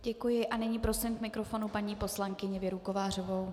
Děkuji a nyní prosím k mikrofonu paní poslankyni Věru Kovářovou.